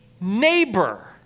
neighbor